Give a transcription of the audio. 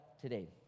today